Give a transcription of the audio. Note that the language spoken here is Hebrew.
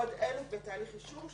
עוד 1,000 בתהליך אישור.